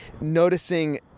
noticing